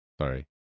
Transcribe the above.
Sorry